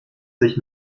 sich